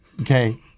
Okay